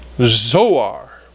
Zoar